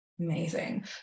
Amazing